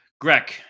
Greg